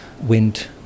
wind